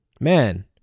Man